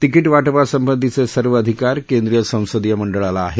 ticket वाटपा संबंधीचे सर्व अधिकार केंद्रीय संसदीय मंडळाला आहेत